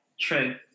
true